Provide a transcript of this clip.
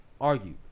argue